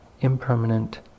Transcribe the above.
impermanent